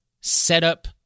setup